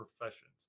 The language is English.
professions